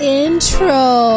intro